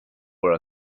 were